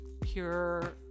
pure